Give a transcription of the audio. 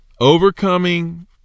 Overcoming